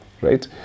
right